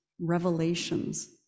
revelations